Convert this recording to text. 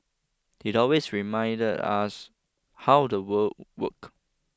he always reminded us how the world work